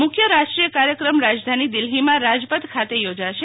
મુખ્ય રાષ્ટ્રીય કાર્યક્રમ રાજધાની દિલ્હીમાં રાજપથ ખાતે યોજાશે